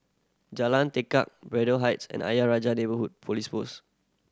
Jalan Tekad Braddell Heights and Ayer Rajah Neighbourhood Police Post